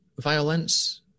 violence